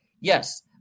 Yes